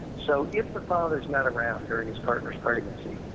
so if the father's not around during his partner's pregnancy,